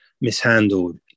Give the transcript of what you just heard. mishandled